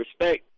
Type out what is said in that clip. respect